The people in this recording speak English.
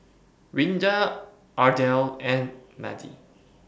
Rinda Ardelle and Madie